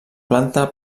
planta